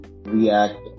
React